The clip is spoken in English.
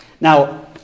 now